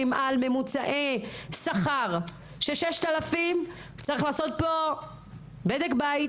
על ממוצעי שכר של 6,000. צריך לעשות פה בדק בית,